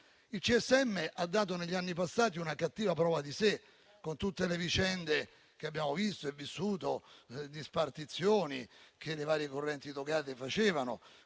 Il CSM ha dato negli anni passati una cattiva prova di sé con tutte le vicende che abbiamo visto e vissuto di spartizioni che le varie correnti togate facevano,